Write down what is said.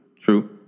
True